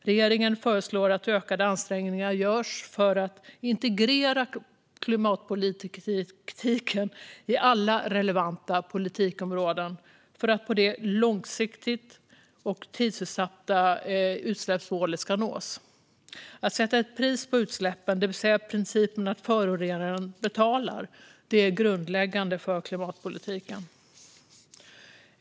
Regeringen föreslår att ökade ansträngningar görs för att integrera klimatpolitiken i alla relevanta politikområden för att det långsiktiga och tidsatta utsläppsmålet ska nås. Att sätta ett pris på utsläppen, det vill säga principen att förorenaren betalar, är grundläggande för klimatpolitiken.